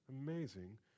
amazing